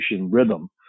rhythm